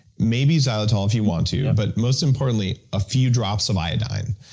maybe xylitol if you want to, but most importantly a few drops of iodine.